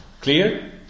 Clear